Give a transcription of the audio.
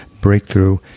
breakthrough